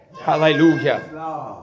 Hallelujah